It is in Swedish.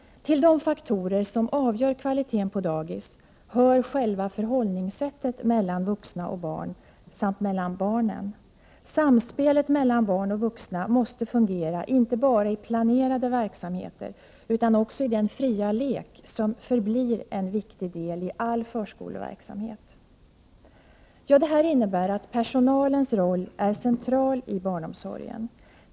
Till de faktorer som avgör kvaliteten på dagis hör själva förhållningssättet mellan vuxna och barn samt mellan barnen. Samspelet mellan barn och vuxna måste fungera, inte bara i planerade verksamheter utan också i den fria lek som förblir en viktig del i all förskoleverksamhet. Detta innebär att personalens roll är central i barnomsorgen.